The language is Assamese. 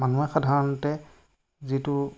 মানুহে সাধাৰণতে যিটো